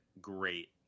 great